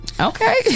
Okay